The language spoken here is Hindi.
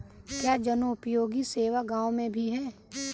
क्या जनोपयोगी सेवा गाँव में भी है?